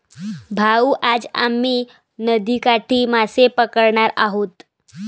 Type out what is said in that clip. भाऊ, आज आम्ही नदीकाठी मासे पकडणार आहोत